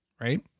Right